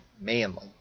manly